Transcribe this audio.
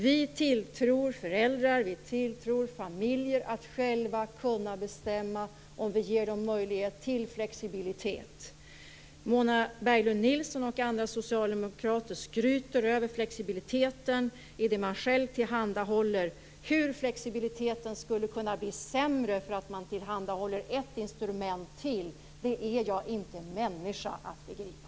Vi tilltror föräldrar och familjer att själva kunna bestämma, om vi ger dem möjlighet till flexibilitet. Mona Berglund Nilsson och andra socialdemokrater skryter över flexibiliteten i det man själv tillhandahåller. Hur flexibiliteten skulle kunna bli sämre genom att man tillhandahåller ett instrument till är jag inte en människa att begripa.